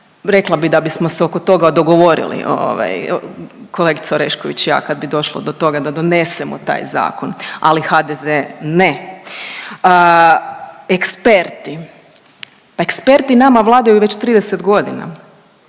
Rekla bi da bismo se oko toga dogovorili ovaj kolegica Orešković i ja kad bi došlo do toga da donesemo taj zakon, ali HDZ ne. Eksperti, eksperti nama vladaju već 30.g., ta